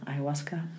Ayahuasca